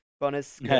Bonus